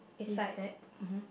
he's there (mm hmm)